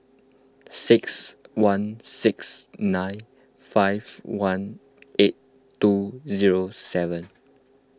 six one six nine five one eight two zero seven